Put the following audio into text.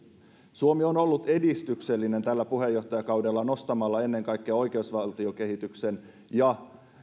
suomi on ollut edistyksellinen tällä puheenjohtajakaudellaan nostamalla ennen kaikkea teemoista esiin oikeusvaltiokehityksen ja